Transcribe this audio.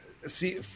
See